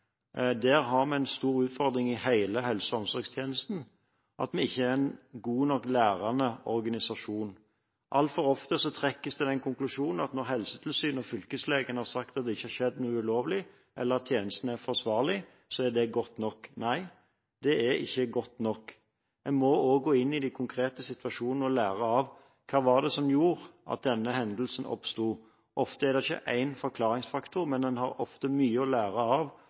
har vi en stor utfordring i hele helse- og omsorgstjenesten – vi er ikke en god nok lærende organisasjon. Altfor ofte trekkes den konklusjonen at når Helsetilsynet og fylkeslegen har sagt at det ikke har skjedd noe ulovlig, eller at tjenesten er forsvarlig, er det godt nok. Nei, det er ikke godt nok. En må også gå inn i de konkrete situasjonene og lære: Hva var det som gjorde at denne hendelsen oppsto? Ofte er det ikke én forklaringsfaktor, men en har ofte mye å lære av